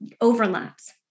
overlaps